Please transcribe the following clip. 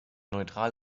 neutral